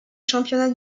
championnats